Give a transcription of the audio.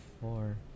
four